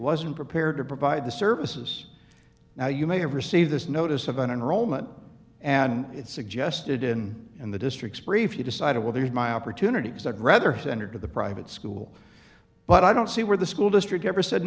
wasn't prepared to provide the services now you may have received this notice of an enrollment and it's suggested in in the district's brief you decided well there's my opportunity because i'd rather send her to the private school but i don't see where the school district ever said